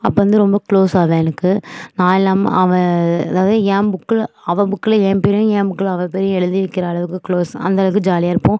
அப்போ வந்து ரொம்ப க்ளோஸ் அவ எனக்கு நான் இல்லாம அவ அதாவது ஏன் புக்குல அவ புக்குல ஏன் பேரும் ஏன் புக்குல அவ பேரும் எழுதி வைக்கிற அளவுக்கு க்ளோஸ் அந்தளவுக்கு ஜாலியாக இருப்போம்